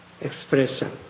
expression